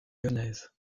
lyonnaise